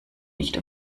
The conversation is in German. nicht